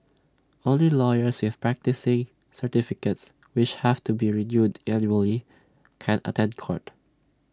only lawyers with practising certificates which have to be renewed annually can attend court